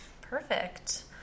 Perfect